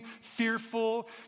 fearful